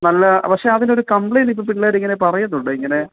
നല്ല പക്ഷേ അതിലൊരു കംപ്ലയിന്റ് ഇപ്പോൾ പിള്ളേരിങ്ങനെ പറയുന്നുണ്ട് ഇങ്ങനെ